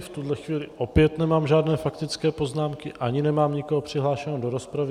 V tuhle chvíli opět nemám žádné faktické poznámky, ani nemám nikoho přihlášeného do rozpravy.